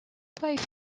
wife